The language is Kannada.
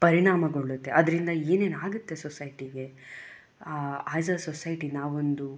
ಪರಿಣಾಮಗೊಳ್ಳುತ್ತೆ ಅದರಿಂದ ಏನೇನು ಆಗುತ್ತೆ ಸೊಸೈಟಿಗೆ ಆಸ್ ಅ ಸೊಸೈಟಿ ನಾವೊಂದು